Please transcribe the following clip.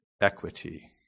equity